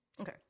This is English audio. okay